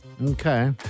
Okay